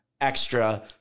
extra